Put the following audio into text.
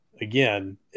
again